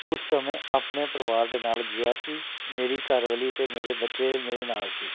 ਉਸ ਸਮੇਂ ਆਪਣੇ ਪਰਿਵਾਰ ਦੇ ਨਾਲ਼ ਗਿਆ ਸੀ ਮੇਰੀ ਘਰਵਾਲੀ ਅਤੇ ਮੇਰੇ ਬੱਚੇ ਮੇਰੇ ਨਾਲ਼ ਸੀ